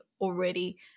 already